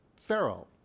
pharaoh